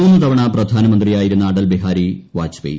മൂന്നു തവണ പ്രധാനമന്ത്രിയായിരുന്നു അടൽ ബിഹാരി വാജ്പേയി